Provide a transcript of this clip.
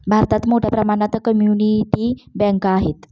भारतात मोठ्या प्रमाणात कम्युनिटी बँका आहेत